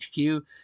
HQ